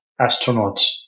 astronauts